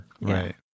Right